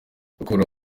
gukura